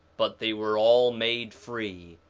but they were all made free,